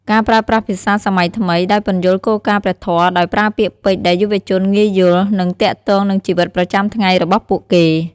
ការប្រើប្រាស់ភាសាសម័យថ្មី ដោយពន្យល់គោលការណ៍ព្រះធម៌ដោយប្រើពាក្យពេចន៍ដែលយុវជនងាយយល់ និងទាក់ទងនឹងជីវិតប្រចាំថ្ងៃរបស់ពួកគេ។